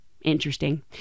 interesting